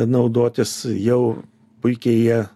naudotis jau puikiai jie